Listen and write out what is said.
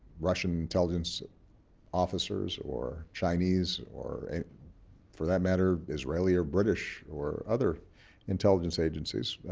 russian intelligence officers, or chinese, or for that matter israeli, or british, or other intelligence agencies,